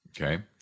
okay